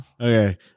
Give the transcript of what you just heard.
okay